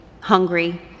hungry